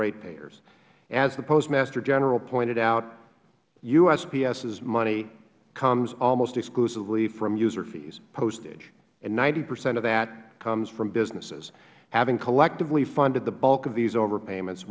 ratepayers as the postmaster general pointed out usps's money comes almost exclusively from user fees postage and ninety percent of that comes from businesses having collectively funded the bulk of these overpayments